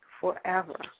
forever